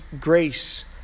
grace